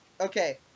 Okay